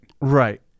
Right